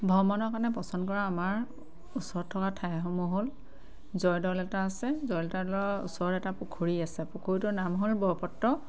ভ্ৰমণৰ কাৰণে পচন্দ কৰা আমাৰ ওচৰত থকা ঠাইসমূহ হ'ল জয়দৌল এটা আছে জয়দৌলটোৰ ওচৰত এটা পুখুৰী আছে পুখুৰীটোৰ নাম হ'ল বৰপাত্ৰ